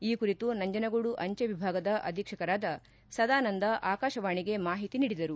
ಈ ಕುರಿತು ನಂಜನಗೂಡು ಅಂಜೆ ವಿಭಾಗದ ಅಧೀಕ್ಷಕರಾದ ಸದಾನಂದ ಆಕಾಶವಾಣಿಗೆ ಮಾಹಿತಿ ನೀಡಿದರು